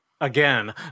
Again